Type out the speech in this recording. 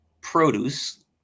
produce